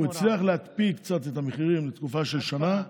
הוא הצליח להקפיא קצת את המחירים, לתקופה של שנה,